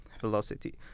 velocity